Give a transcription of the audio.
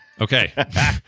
Okay